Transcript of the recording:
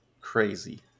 crazy